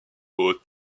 aux